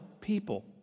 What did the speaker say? people